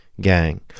gang